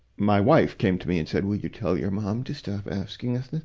my wife came to me and said, will you tell your mom to stop asking us this?